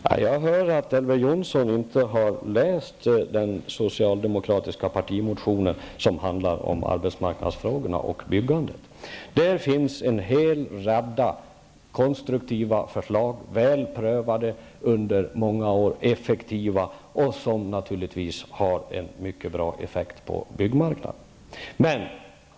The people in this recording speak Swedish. Herr talman! Jag hör att Elver Jonsson inte har läst den socialdemokratiska partimotionen, som handlar om arbetsmarknadsfrågor och byggande. Där redovisas en rad konstruktiva förslag, väl prövade under många år, och som naturligtvis också har en mycket bra effekt på byggmarknaden.